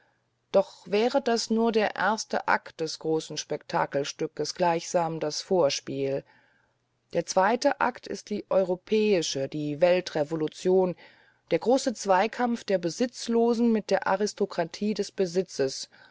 doch das wäre nur der erste akt des großen spektakelstückes gleichsam das vorspiel der zweite akt ist die europäische die weltrevolution der große zweikampf der besitzlosen mit der aristokratie des besitzes